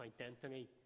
identity